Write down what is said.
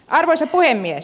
arvoisa puhemies